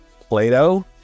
Plato